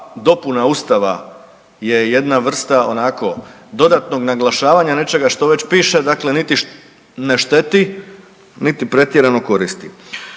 dopuna Ustava je jedna vrsta onako dodatnog naglašavanja nečeg što već piše, dakle niti ne šteti, niti pretjerano koristi.